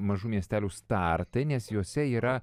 mažų miestelių startai nes juose yra